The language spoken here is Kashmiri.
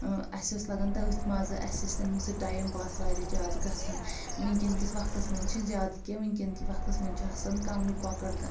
اۭں اسہِ اوس لگان تٔتھۍ مزٕ اسہِ ٲسۍ تِم سۭتۍ ٹایِم پاس واریاہ زیادٕ گژھان ؤنکیٚن کِس وقتس منٛز چھںہٕ زیادٕ کینٛہہ ؤنکیٚن کہِ وقتس منٛز چھِ آسان کمٕے کۄکر